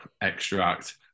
extract